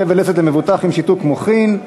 פה ולסת למבוטח עם שיתוק מוחין),